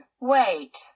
wait